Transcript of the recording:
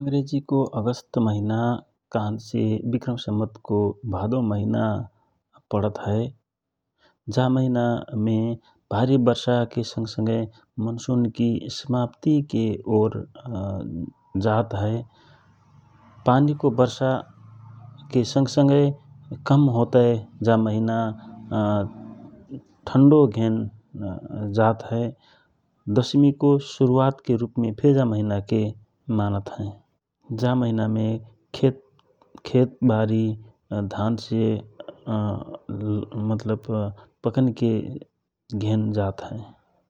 अंग्रेजकीको अगस्त महिना कहन्से वि.स.को भद महिना पडत हए । जा महिनामे भारी बर्षाके संग संगय मनसुन समाप्ती ओर जात हए । पानीके वर्षाके संग सगंय कम होतय ठन्डो घेन जात हए जा महिना दशमीको शुरूवतके रूपमे फिर मानत हए । जा महिना धनकी खेतवारीको पकनको घेन जात हए ।